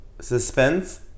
suspense